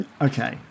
Okay